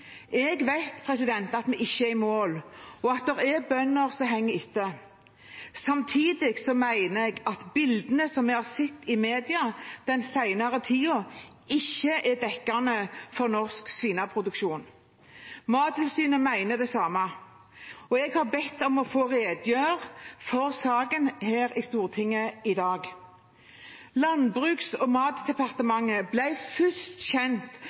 Jeg vet at vi ikke er i mål, og at det er bønder som henger etter. Samtidig mener jeg at bildene vi har sett i media den senere tiden, ikke er dekkende for norsk svineproduksjon. Mattilsynet mener det samme. Jeg har bedt om å få redegjøre for saken her i Stortinget i dag. Landbruks- og matdepartementet ble først kjent